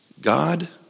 God